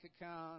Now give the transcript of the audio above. account